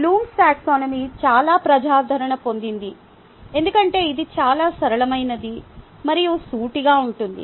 Bloom's taxonomy Taxonomy చాలా ప్రజాదరణ పొందింది ఎందుకంటే ఇది చాలా సరళమైనది మరియు సూటిగా ఉంటుంది